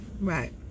right